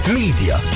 media